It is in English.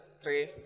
three